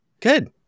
Good